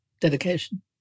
dedication